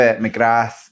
McGrath